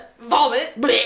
Vomit